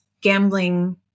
gambling